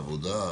העבודה.